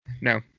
No